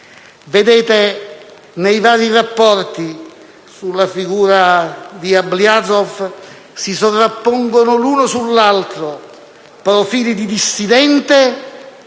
comune. Nei vari rapporti sulla figura di Ablyazov si sovrappongono, l'uno sull'altro, profili di dissidente